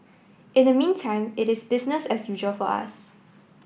in the meantime it is business as usual for us